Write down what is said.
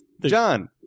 John